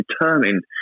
determined